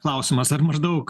klausimas ar maždaug